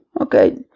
Okay